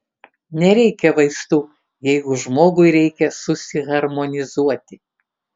nereikia vaistų jeigu žmogui reikia susiharmonizuoti